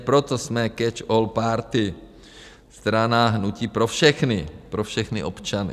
Proto jsme catchall party, strana, hnutí pro všechny, pro všechny občany.